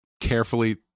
carefully